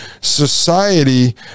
society